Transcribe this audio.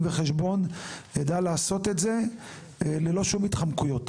וחשבון ידע לעשות את זה ללא שום התחמקויות.